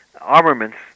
armaments